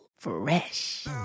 fresh